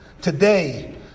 Today